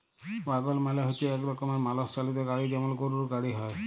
ওয়াগল মালে হচ্যে এক রকমের মালষ চালিত গাড়ি যেমল গরুর গাড়ি হ্যয়